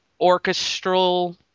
orchestral